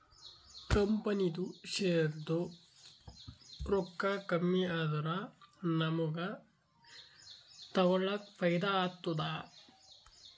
ಕಂಪನಿದು ಶೇರ್ದು ರೊಕ್ಕಾ ಕಮ್ಮಿ ಆದೂರ ನಮುಗ್ಗ ತಗೊಳಕ್ ಫೈದಾ ಆತ್ತುದ